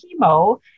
chemo